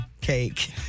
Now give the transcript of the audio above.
cake